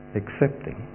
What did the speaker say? accepting